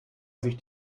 sich